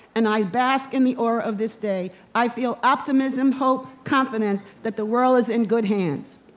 and i bask in the aura of this day. i feel optimism, hope, confidence, that the world is in good hands.